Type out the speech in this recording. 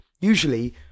usually